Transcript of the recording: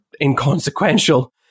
inconsequential